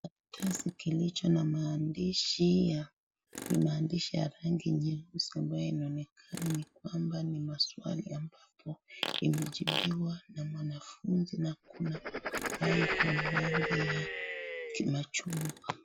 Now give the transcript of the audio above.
Karatasi kilicho na maandishi ya ni maandishi rangi nyeusi ambayo imeonekana ni kwamba ni maswali ambapo imejibiwa na mwanafunzi na kuna ambayo iko na rangi ya kimachungwa.